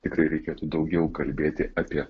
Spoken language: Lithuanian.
tikrai reikėtų daugiau kalbėti apie